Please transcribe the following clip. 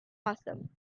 awesome